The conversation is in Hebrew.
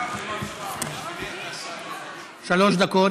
שלוש דקות.